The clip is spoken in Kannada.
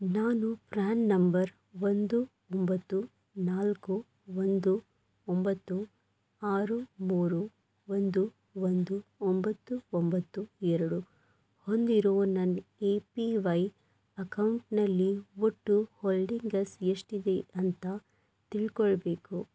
ನಾನು ಪ್ರ್ಯಾನ್ ನಂಬರ್ ಒಂದು ಒಂಬತ್ತು ನಾಲ್ಕು ಒಂದು ಒಂಬತ್ತು ಆರು ಮೂರು ಒಂದು ಒಂದು ಒಂಬತ್ತು ಒಂಬತ್ತು ಎರಡು ಹೊಂದಿರೋ ನನ್ನ ಎ ಪಿ ವೈ ಅಕೌಂಟ್ನಲ್ಲಿ ಒಟ್ಟು ಹೋಲ್ಡಿಂಗಸ್ ಎಷ್ಟಿದೆ ಅಂತ ತಿಳ್ಕೊಳ್ಬೇಕು